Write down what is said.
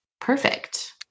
perfect